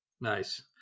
Nice